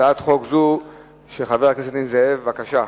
הצעת חוק זאת היא של חבר הכנסת נסים זאב, בבקשה.